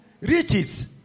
Riches